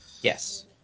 Yes